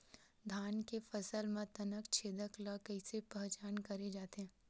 धान के फसल म तना छेदक ल कइसे पहचान करे जाथे?